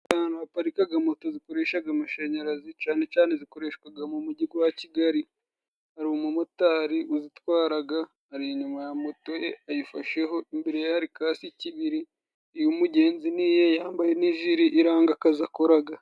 parikaga moto zikoreshareshaga amashanyarazi cane cane zikoreshwaga mu mujyi wa kigali. Hari umumotari watwaraga ari inyuma ya moto ayifasheho imbere ya kasi kibiri uyu mugenzi ni yambaye nijiri iranga akazi akoraga.